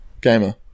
gamer